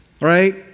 Right